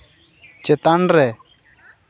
ᱪᱮᱛᱟᱱ ᱨᱮ